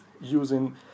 using